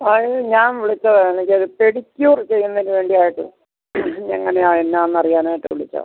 ആ ഇത് ഞാൻ വിളിച്ചതാണ് എനിക്കൊരു പെഡിക്യൂർ ചെയ്യുന്നതിന് വേണ്ടിയായിട്ട് എങ്ങനെയാണ് എന്നാണ് അറിയാനായിട്ട് വിളിച്ചതാണ്